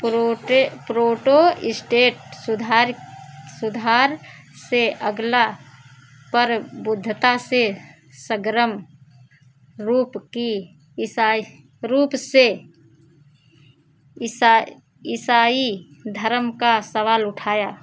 प्रोटे Protestant सुधार सुधार से अगला परबुद्धता ने सग्रम रूप की ईसाई रूप से ईसा ईसाई धर्म का सवाल उठाया